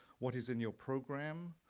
what is in your program,